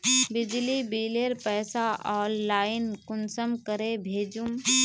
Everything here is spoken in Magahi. बिजली बिलेर पैसा ऑनलाइन कुंसम करे भेजुम?